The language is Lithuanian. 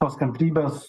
tos kantrybės